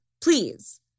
Please